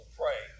pray